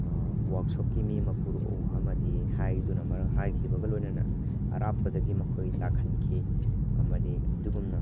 ꯋꯥꯔꯛꯁꯣꯞꯀꯤ ꯃꯤ ꯑꯃ ꯄꯨꯔꯛꯎ ꯑꯃꯗꯤ ꯍꯥꯏꯈꯤꯕꯒ ꯂꯣꯏꯅꯅ ꯑꯔꯥꯞꯄꯗꯒꯤ ꯃꯈꯣꯏ ꯂꯥꯛꯍꯟꯈꯤ ꯑꯃꯗꯤ ꯑꯗꯨꯒꯨꯝꯅ